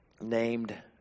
named